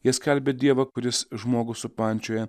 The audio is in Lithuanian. jie skelbia dievą kuris žmogų supančioja